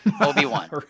Obi-Wan